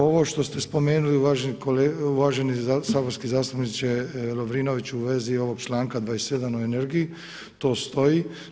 Ovo što ste spomenuli, uvaženi saborski zastupniče Lovrinović, u vezi ovog čl. 27. o energiji, to stoji.